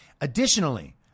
Additionally